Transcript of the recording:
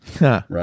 Right